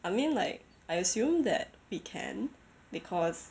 I mean like I assume that we can because